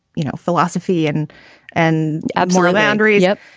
you know, philosophy and and admiral landry. yeah,